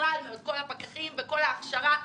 ובכלל כל הפקחים וכל ההכשרה.